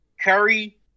Curry